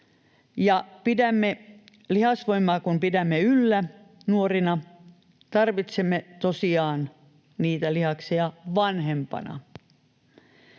lihasvoimaa yllä nuorina, sillä tarvitsemme tosiaan niitä lihaksia vanhempana